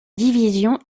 division